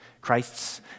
Christ's